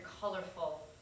colorful